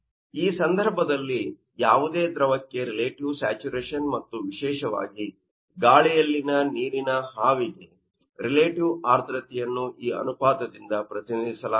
ಆದ್ದರಿಂದ ಈ ಸಂದರ್ಭದಲ್ಲಿ ಯಾವುದೇ ದ್ರವಕ್ಕೆ ರಿಲೇಟಿವ್ ಸ್ಯಾಚುರೇಶನ್ ಮತ್ತು ವಿಶೇಷವಾಗಿ ಗಾಳಿಯಲ್ಲಿನ ನೀರಿನ ಆವಿಗೆ ರಿಲೇಟಿವ್ ಆರ್ದ್ರತೆಯನ್ನು ಈ ಅನುಪಾತದಿಂದ ಪ್ರತಿನಿಧಿಸಲಾಗುತ್ತದೆ